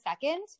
second